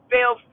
Fail